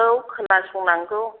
औ खोनासंनांगौ